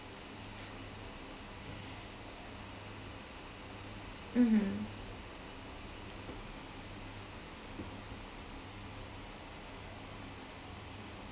mmhmm